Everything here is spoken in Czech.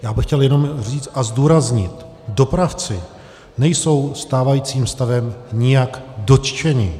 Já bych chtěl jenom říct a zdůraznit, dopravci nejsou stávajícím stavem nijak dotčeni.